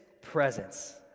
presence